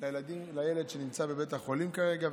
לילד שנמצא בבית החולים כרגע,